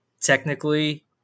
technically